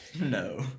No